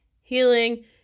healing